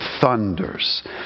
thunders